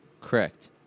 Correct